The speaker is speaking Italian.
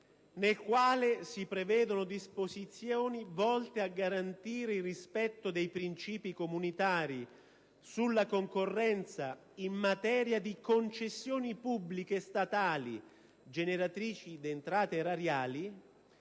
nel quale si prevedono disposizioni volte a garantire il «rispetto dei principi comunitari sulla concorrenza in materia di concessioni pubbliche statali generatrici di entrate erariali»,